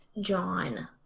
John